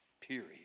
Period